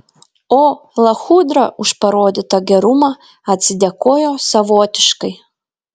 o lachudra už parodytą gerumą atsidėkojo savotiškai